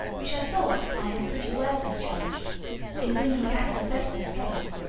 which i thought i had pretty well discharged in bringing back his vessel safe,